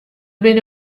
binne